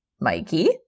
Mikey